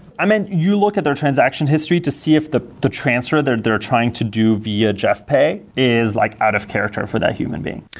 i mean, you look at their transaction history to see if the the transfer they're they're trying to do via jeff pay is like out of character for that human being.